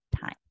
time